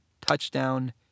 touchdown